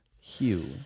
Hugh